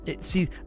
see